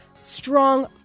strong